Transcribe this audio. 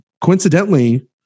coincidentally